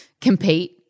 compete